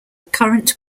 current